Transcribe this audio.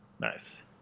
nice